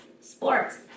sports